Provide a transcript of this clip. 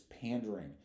pandering